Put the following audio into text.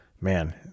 man